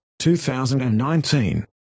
2019